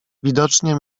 widocznie